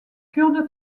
kurde